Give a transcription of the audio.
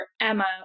Emma